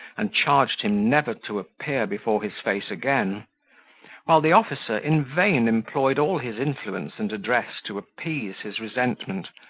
and charged him never to appear before his face again while the officer in vain employed all his influence and address to appease his resentment,